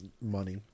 money